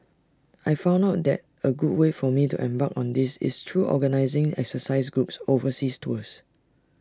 I found out that A good way for me to embark on this is through organising exercise groups overseas tours